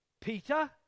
Peter